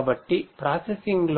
కాబట్టి ప్రాసెసింగ్